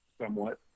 somewhat